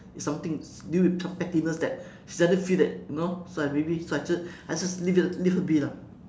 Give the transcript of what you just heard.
is something due to some pettiness that she doesn't feel that you know so I maybe so I just I just leave her leave her be lah